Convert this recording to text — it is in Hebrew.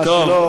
מה שלא,